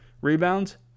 rebounds